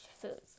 foods